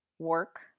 work